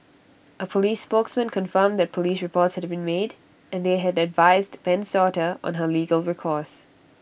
A Police spokesman confirmed that Police reports had been made and they had advised Ben's daughter on her legal recourse